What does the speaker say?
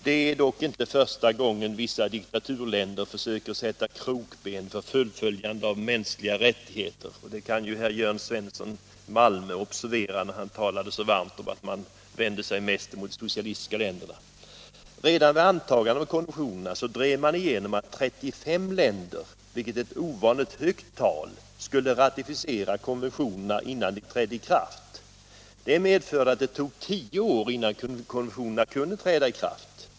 Det är dock inte första gången vissa diktaturländer försöker sätta krokben för utövandet av mänskliga rättigheter. Det kan ju också herr Svensson i Malmö observera, som anmärkte på att man ofta vänder sig emot de socialistiska länderna för brott mot mänskliga rättigheter. Redan vid antagandet av konventionerna drev man igenom att 35 länder, vilket är ett ovanligt högt tal, skulle ratificera konventionerna innan de trädde i kraft. Detta medförde att det tog tio år innan konventionerna kunde träda i kraft.